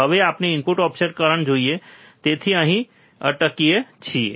હવે આપણે input offset current જોઈએ તેથી અમે અહીં અટકીએ છીએ